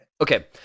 Okay